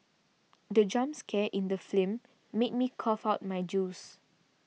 the jump scare in the film made me cough out my juice